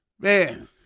Man